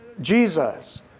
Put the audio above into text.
Jesus